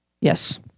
Yes